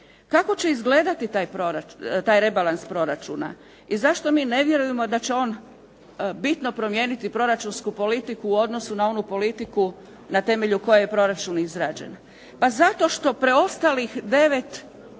Kako će izgledati taj rebalans proračuna i zašto mi ne vjerujemo da će on bitno promijeniti proračunsku politiku u odnosu na onu politiku na temelju koje je proračun izrađen? Pa zato što preostalih 9